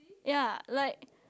ya like